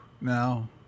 now